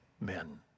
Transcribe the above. men